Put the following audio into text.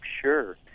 Sure